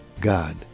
God